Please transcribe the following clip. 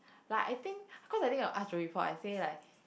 like I think cause I think got ask Joey before I say like